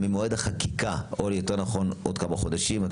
ממועד החקיקה או יותר נכון עוד כמה חודשים.